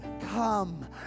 Come